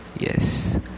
Yes